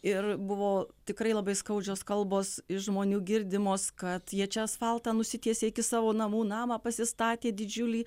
ir buvo tikrai labai skaudžios kalbos iš žmonių girdimos kad jie čia asfaltą nusitiesė iki savo namų namą pasistatė didžiulį